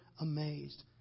amazed